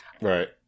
right